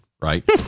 right